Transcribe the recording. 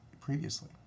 previously